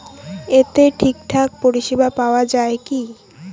এতে ঠিকঠাক পরিষেবা পাওয়া য়ায় কি?